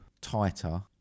tighter